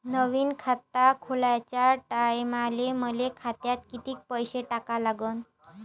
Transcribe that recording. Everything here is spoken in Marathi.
नवीन खात खोलाच्या टायमाले मले खात्यात कितीक पैसे टाका लागन?